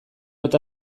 eta